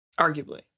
arguably